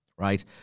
Right